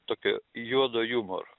tokio juodo jumoro